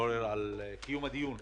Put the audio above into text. פורר על קיום הדיון.